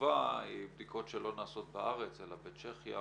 החשובה היא בדיקות שלא נעשות בארץ אלא בצ'כיה,